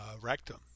rectum